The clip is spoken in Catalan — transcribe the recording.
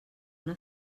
una